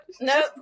nope